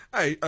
Hey